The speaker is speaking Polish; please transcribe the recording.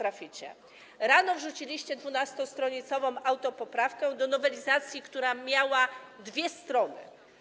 Rano wrzuciliście 12-stronicową autopoprawkę do nowelizacji, która miała 2 strony.